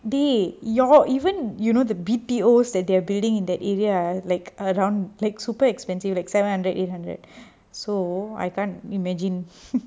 they your even you know the B_T_O that they're building in that area ah like around like super expensive like seven hundred eight hundred so I can't imagine